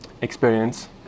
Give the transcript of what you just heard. Experience